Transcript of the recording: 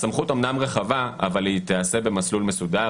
הסמכות אומנם רחבה אבל היא תיעשה במסלול מסודר,